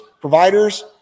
providers